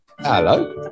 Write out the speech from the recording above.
Hello